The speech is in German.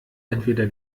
entweder